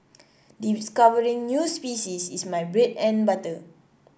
discovering new species is my bread and butter